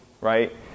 right